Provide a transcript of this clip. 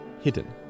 hidden